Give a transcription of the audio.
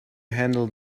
handle